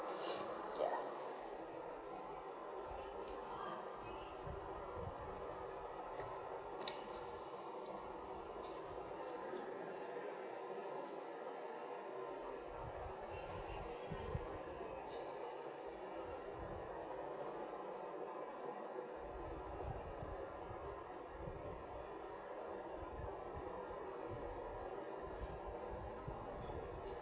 yeah